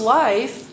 life